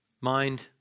Mind